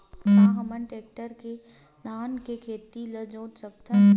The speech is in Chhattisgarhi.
का हमन टेक्टर से धान के खेत ल जोत सकथन?